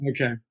Okay